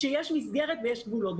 כשיש מסגרת וכשיש גבולות,